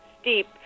steep